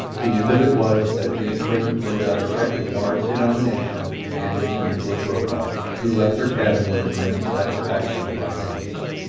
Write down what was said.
the end of it was that jane clayton wrote out a cheque of large denomination and handed it to nikolas rokoff, who left her cabin with a grin of satisfaction upon his lips.